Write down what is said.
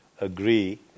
Agree